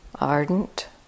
ardent